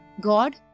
God